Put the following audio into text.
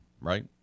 right